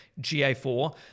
ga4